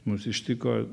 mus ištiko